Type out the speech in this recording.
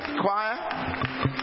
choir